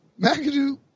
Mcadoo